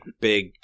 big